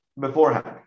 beforehand